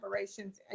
collaborations